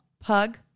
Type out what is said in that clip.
Pug